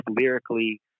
lyrically